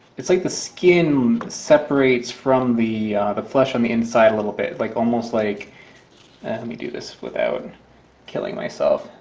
it's like the skin separates from the the flesh on the inside a little bit like almost like let me do this without killing myself.